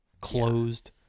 closed